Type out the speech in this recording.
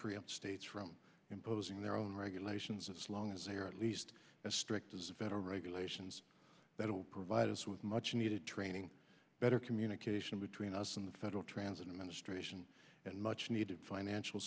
prevent states from imposing their own regulations as long as they are at least as strict as the federal regulations that will provide us with much needed training better communication between us and the federal transit ministration and much needed financial